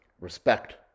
Respect